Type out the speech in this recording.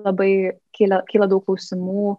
labai kyla kyla daug klausimų